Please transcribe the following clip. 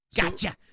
Gotcha